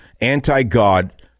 anti-god